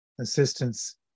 assistance